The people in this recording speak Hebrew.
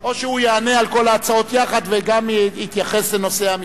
או שהוא יענה על כל ההצעות יחד וגם יתייחס לנושא המיסוי.